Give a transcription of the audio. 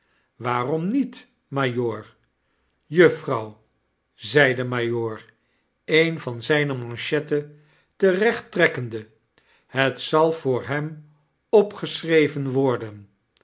waarom niet majoor juffrouw zei de majoor een van zpe manchetten terecht trekkende het zal voor hem ipgeschreven worden